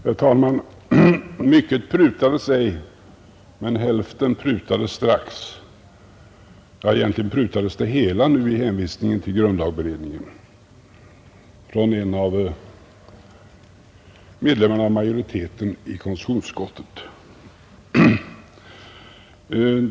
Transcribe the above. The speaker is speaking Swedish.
Herr talman! ”Mycket prutades ej, men hälften prutades strax.” Ja, egentligen prutades det hela nu i hänvisningen till grundlagberedningen från en av medlemmarna av majoriteten i konstitutionsutskottet.